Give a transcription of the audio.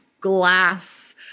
glass